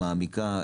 מעמיקה,